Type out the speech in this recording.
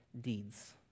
deeds